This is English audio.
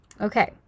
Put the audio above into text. Okay